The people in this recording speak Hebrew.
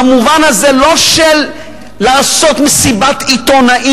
לא במובן הזה של לעשות מסיבת עיתונאים,